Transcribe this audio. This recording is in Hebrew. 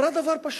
היא אמרה דבר פשוט.